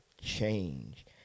change